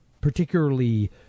particularly